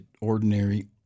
ordinary